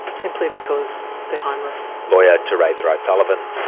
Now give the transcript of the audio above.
simply because they're homeless. lawyer, teresa o'sullivan.